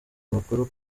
amakuru